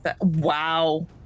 Wow